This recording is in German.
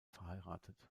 verheiratet